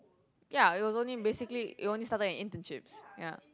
ya it was only basically it only started in internships ya